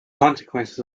consequences